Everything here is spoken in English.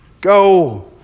go